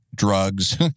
Drugs